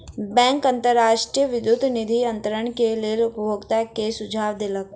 bank राष्ट्रीय विद्युत निधि अन्तरण के लेल उपभोगता के सुझाव देलक